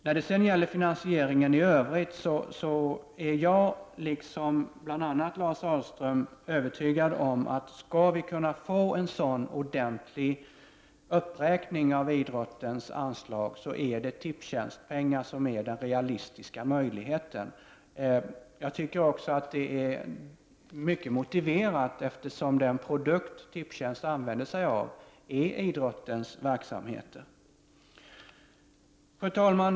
När det sedan gäller finansieringen i övrigt är jag — liksom bl.a. Lars Ahlström — övertygad om att om man skall kunna få en ordentlig uppräkning av idrottens anslag, är det Tipstjänsts pengar som är den realistiska möjligheten. Detta är också mycket motiverat, eftersom den produkt som Tipstjänst drar nytta av är idrottens verksamheter. Fru talman!